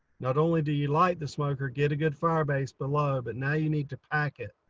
not only do you light the smoker, get a good fire base below, but now you need to pack it.